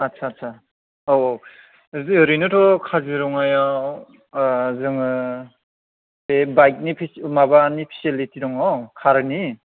आथसा सा औ औ ओरैनोथ' काजिरङायाव जोङो बे बाइकनि माबानि फेसिलिटि दङ कारनि